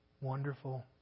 Wonderful